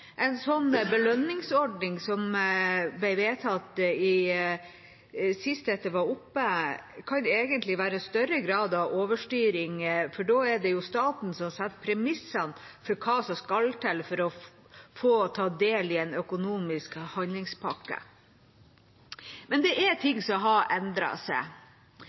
En sånn belønningsordning som ble vedtatt sist dette var oppe, kan egentlig være en større grad av overstyring, for da er det jo staten som setter premissene for hva som skal til for å få ta del i en økonomisk handlingspakke. Men det er ting som har endret seg.